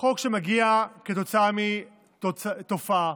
חוק שמגיע כתוצאה מתופעה.